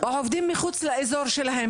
עובדים מחוץ לאזור שלהם,